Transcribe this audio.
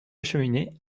cheminée